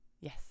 Yes